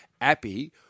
Appy